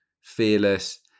fearless